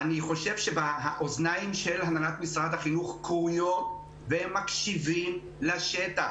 אני חושב שהאוזניים של הנהלת משרד החינוך כרויות והם מקשיבים לשטח